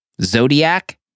Zodiac